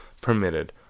permitted